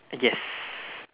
yes